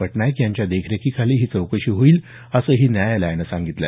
पटनायक यांच्या देखरेखीखाली ही चौकशी होईल असंही न्यायालयानं सांगितलं